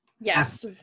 yes